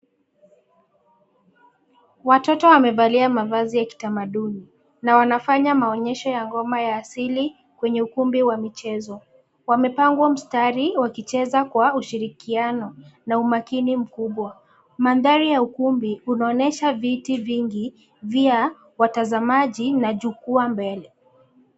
Watoto wamevalia mavazi ya kitamaduni na wanafanya maonyesho ya ngoma ya asili kwenye ukumbi wa michezo. Wamepanga mstari wakicheza kwa ushirikiano na umakini mkubwa. Mandhari ya ukumbi unaonyesha viti vingi vya watazamaji na jukwaa mbele.